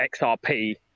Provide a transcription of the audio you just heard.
xrp